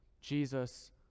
Jesus